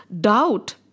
doubt